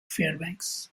fairbanks